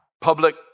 public